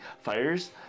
fires